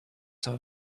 time